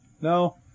No